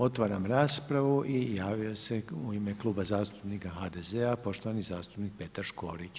Otvaram raspravu i javio se u ime Kluba zastupnika HDZ-a poštovani zastupnik Petar Škorić.